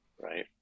right